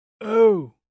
Oh